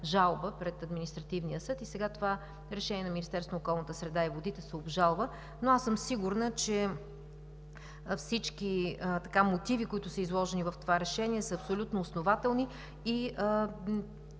жалба пред Административния съд и сега това решение на Министерството на околната среда и водите се обжалва. Но аз съм сигурна, че всички мотиви, които са изложени в това решение, са абсолютно основателни и